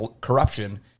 corruption